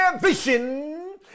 vision